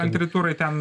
antri turai ten